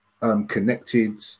connected